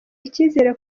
icyizere